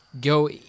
go